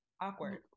awkward